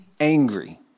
angry